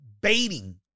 baiting